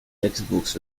textbooks